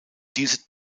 diese